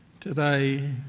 today